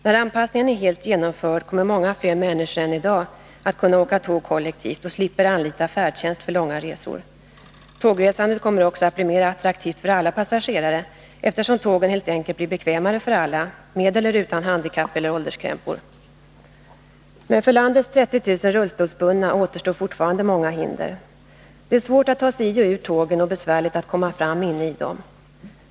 När anpassningen är helt genomförd kommer många fler människor än i dag att kunna åka tåg kollektivt och slippa anlita färdtjänst för långa resor. Tågresandet kommer alltså att bli mer attraktivt för alla passagerare, eftersom tågen helt enkelt blir bekvämare för alla, med eller utan handikapp eller ålderskrämpor. Men för landets 30 000 rullstolsbundna återstår fortfarande många hinder. Det är svårt att ta sig i och ur tågen och besvärligt att komma fram inne i dem.